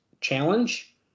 Challenge